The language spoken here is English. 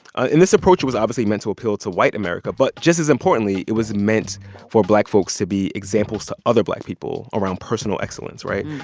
and this approach was, obviously, meant to appeal to white america. but just as importantly, it was meant for black folks to be examples to other black people around personal excellence, right?